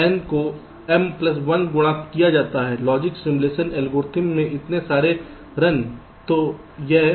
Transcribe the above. तो n को m1 से गुणा किया जाता है लॉजिक सिमुलेशन एल्गोरिदम के इतने सारे रन